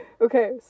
Okay